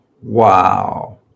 wow